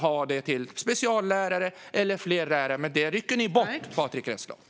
De kan till exempel anställa speciallärare eller fler lärare. Men detta rycker ni bort, Patrick Reslow.